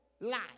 life